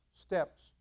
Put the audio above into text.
steps